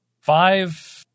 five